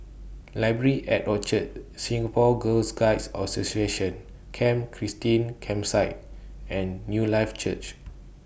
Library At Orchard Singapore Girl Guides Association Camp Christine Campsite and Newlife Church